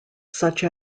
such